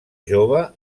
jove